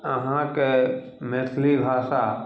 अहाँके मैथिली भाषा